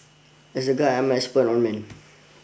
as a guy I'm an expert on men